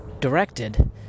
directed